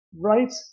right